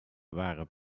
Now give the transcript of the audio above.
waren